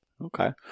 Okay